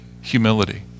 humility